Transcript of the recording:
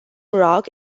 rock